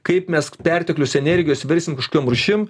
kaip mes perteklius energijos versim kažkokiom rūšim